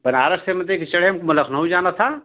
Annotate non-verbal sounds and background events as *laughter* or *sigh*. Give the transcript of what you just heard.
बनारस से *unintelligible* मुझे लखनऊ जाना था